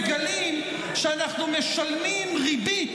מגלים שאנחנו משלמים ריבית,